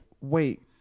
wait